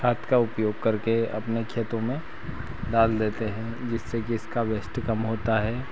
खाद का उपयोग करके अपने खेतों में डाल देते है जिससे कि इसका वेस्ट कम होता है